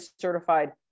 certified